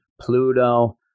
Pluto